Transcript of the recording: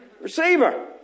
Receiver